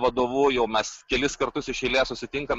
vadovu jau mes kelis kartus iš eilės susitinkam